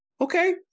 okay